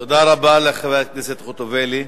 תודה רבה לחברת הכנסת חוטובלי.